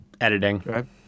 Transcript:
Editing